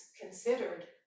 considered